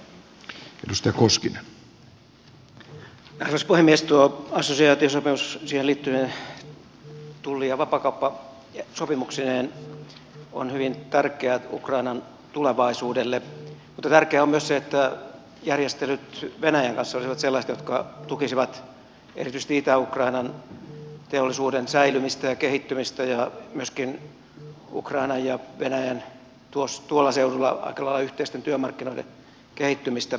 tuo assosiaatiosopimus siihen liittyvine tulli ja vapaakauppasopimuksineen on hyvin tärkeä ukrainan tulevaisuudelle mutta tärkeää on myös se että järjestelyt venäjän kanssa olisivat sellaiset että ne tukisivat erityisesti itä ukrainan teollisuuden säilymistä ja kehittymistä ja myöskin ukrainan ja venäjän tuolla seudulla aika lailla yhteisten työmarkkinoiden kehittymistä